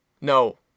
No